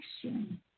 question